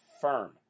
firm